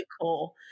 cool